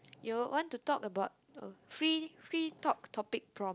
you want to talk about free free talk topic prompt